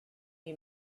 you